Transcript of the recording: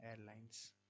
Airlines